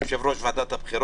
את היושב-ראש וסגניו